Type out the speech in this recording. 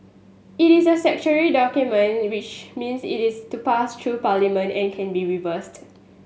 it is a statutory document which means it is to pass through Parliament and can be revised